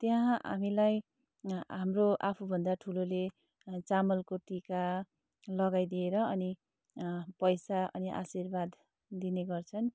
त्यहाँ हामीलाई हाम्रो आफुभन्दा ठुलोले चामलको टिका लगाइदिएर अनि पैसा अनि आशीर्वाद दिने गर्छन्